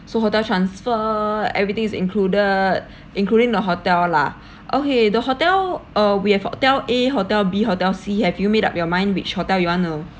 so hotel transfer everything is included including the hotel lah okay the hotel uh we have hotel A hotel B hotel C have you made up your mind which hotel you want to